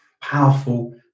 powerful